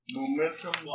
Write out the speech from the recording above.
Momentum